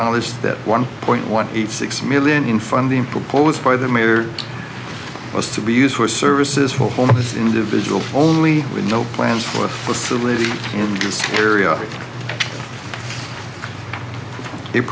knowledge that one point one eight six million in funding proposed by the mayor was to be used for services for homeless individuals only with no plans for a facility in this area